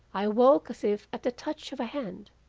i awoke as if at the touch of a hand,